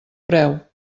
preu